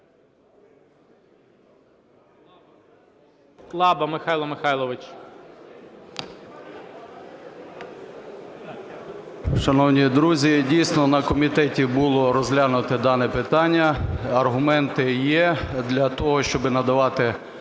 Шановні друзі, дійсно, на комітеті було розглянуте дане питання. Аргументи є для того, щоб надавати